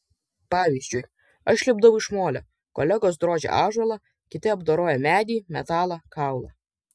pavyzdžiui aš lipdau iš molio kolegos drožia ąžuolą kiti apdoroja medį metalą kaulą